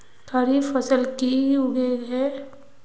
खरीफ फसल की की उगैहे?